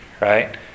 right